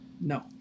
No